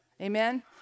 Amen